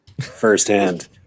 Firsthand